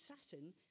Saturn